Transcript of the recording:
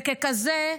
וככזה,